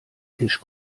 tisch